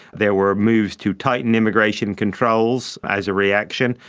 there were moves to tighten immigration controls as a reaction,